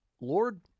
Lord